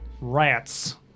rats